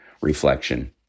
reflection